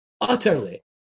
utterly